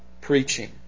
preaching